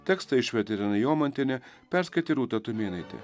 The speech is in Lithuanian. tekstą išvertė irena jomantienė perskaitė rūta tumėnaitė